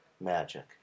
Magic